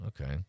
Okay